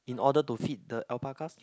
in order to feed the alpacas